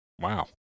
Wow